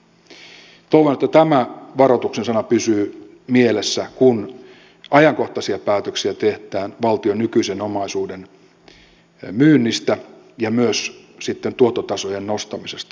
toivon että tämä varoituksen sana pysyy mielessä kun ajankohtaisia päätöksiä tehdään valtion nykyisen omaisuuden myynnistä ja myös sitten tuottotasojen nostamisesta